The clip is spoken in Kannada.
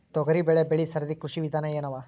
ತೊಗರಿಬೇಳೆ ಬೆಳಿ ಸರದಿ ಕೃಷಿ ವಿಧಾನ ಎನವ?